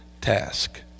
task